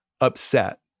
upset